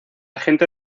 gente